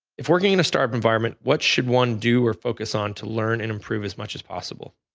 if working in a startup environment, what should one do or focus on to learn and improve as much as possible?